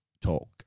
Talk